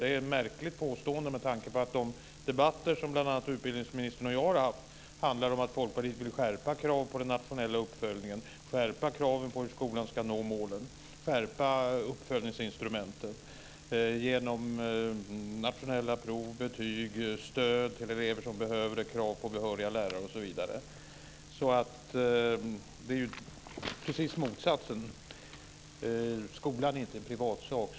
Det är ett märkligt påstående med tanke på att de debatter som bl.a. utbildningsministern och jag har haft handlar om att Folkpartiet vill skärpa kraven på den nationella uppföljningen, skärpa kraven när det gäller hur skolan ska nå målen och skärpa uppföljningsinstrumenten genom nationella prov, betyg och stöd till elever som behöver det. Det handlar om krav på behöriga lärare osv. Det är alltså precis motsatsen. Skolan är inte en privatsak.